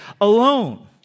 alone